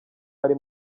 ari